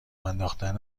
انداختن